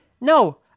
No